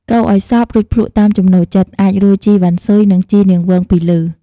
កូរឲ្យសព្វ រួចភ្លក្សតាមចំណូលចិត្ត អាចរោយជីរវ៉ាន់ស៊ុយ និង ជីនាងវងពីលើ។